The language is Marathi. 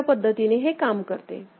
अशा पद्धतीने हे काम करते